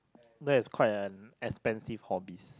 that is quite an expensive hobbies